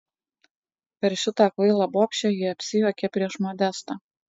per šitą kvailą bobšę ji apsijuokė prieš modestą